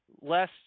less